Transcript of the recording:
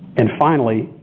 and finally,